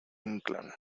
inclán